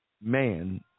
man